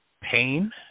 pain